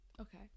Okay